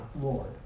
Lord